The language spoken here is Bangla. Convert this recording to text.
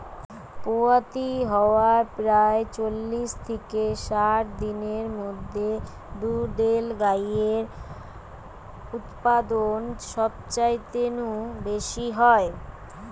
পুয়াতি হয়ার প্রায় চল্লিশ থিকে ষাট দিনের মধ্যে দুধেল গাইয়ের উতপাদন সবচাইতে নু বেশি হয়